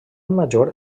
major